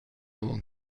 avon